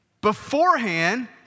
Beforehand